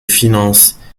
finances